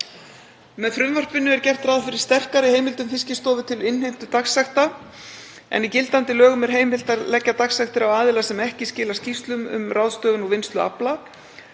Með frumvarpinu er gert ráð fyrir sterkari heimildum Fiskistofu til innheimtu dagsekta en í gildandi lögum er heimilt að leggja dagsektir á aðila sem ekki skila skýrslum um ráðstöfun og vinnslu afla.